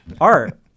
Art